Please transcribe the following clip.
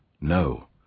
No